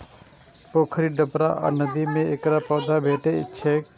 पोखरि, डबरा आ नदी मे एकर पौधा भेटै छैक